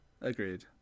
Agreed